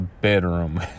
bedroom